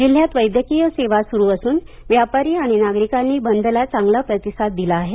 जिल्ह्यात वैद्यकिय सेवा सुरु असून व्यापारी आणि नागरीकांनी बंदला चांगला प्रतिसाद दिला आहे